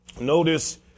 notice